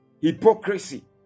Hypocrisy